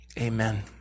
Amen